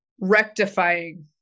rectifying